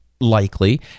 likely